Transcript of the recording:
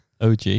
OG